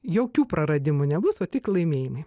jokių praradimų nebus o tik laimėjimai